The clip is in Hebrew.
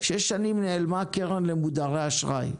שש שנים נעלמה הקרן למודרי אשראי,